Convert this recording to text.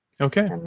Okay